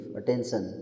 attention